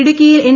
ഇടുക്കിയിൽ എൻ